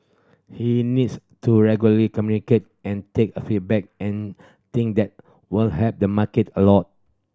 he needs to regularly communicate and take a feedback and think that will help the market a lot